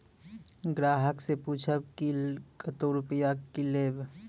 ग्राहक से पूछब की कतो रुपिया किकलेब?